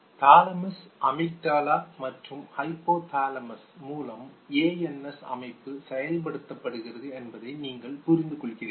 thalamus amygdala மற்றும் hypothalamus மூலம் ANS அமைப்பு செயல்படுத்தப்படுகிறது என்பதை நீங்கள் புரிந்துகொள்கிறீர்கள்